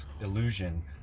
illusion